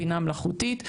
בינה מלאכותית,